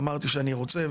ואמרתי שאני רוצה,